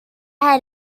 had